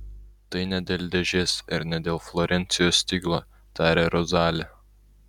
tai ne dėl dėžės ir ne dėl florencijos stiklo tarė rozali